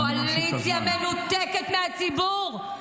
הקואליציה מנותקת מהציבור -- די,